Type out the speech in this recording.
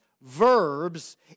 verbs